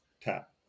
Tap